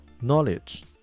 knowledge